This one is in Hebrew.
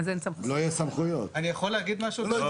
א',